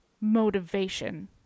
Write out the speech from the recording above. motivation